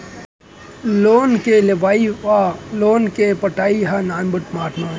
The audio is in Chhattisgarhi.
लोन के लेवइ अउ लोन के पटाई ह नानमुन बात नोहे